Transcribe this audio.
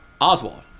Oswald